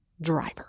driver